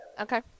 Okay